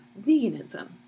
veganism